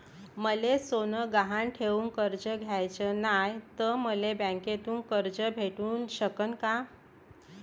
मले सोनं गहान ठेवून कर्ज घ्याचं नाय, त मले बँकेमधून कर्ज भेटू शकन का?